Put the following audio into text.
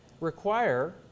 require